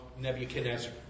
Nebuchadnezzar